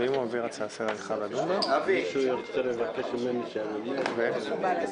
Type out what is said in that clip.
של ארגון ה-OECD אני לתומי חשבתי שהולכת להיות